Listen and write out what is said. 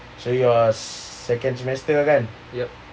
so you are second semester run